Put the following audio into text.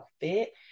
fit